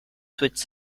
switched